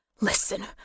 Listen